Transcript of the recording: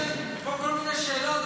יש להם פה כל מיני שאלות,